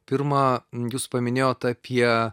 pirma jūs paminėjot apie